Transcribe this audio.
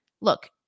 Look